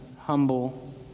humble